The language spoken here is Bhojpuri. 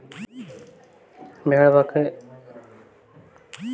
भेड़ बकरी भी घास फूस के चरे में काम करेलन